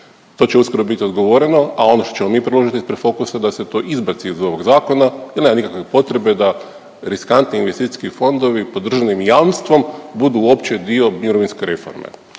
To će uskoro bit odgovoreno, a ono što ćemo mi predložiti ispred Fokusa da se to izbaci iz ovog zakona jel nema nikakve potrebe da riskantni investicijski fondovi pod državnim jamstvom budu uopće dio mirovinske reforme.